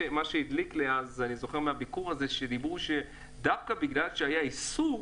וזכור לי שדווקא בגלל שהיה איסור,